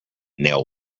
nail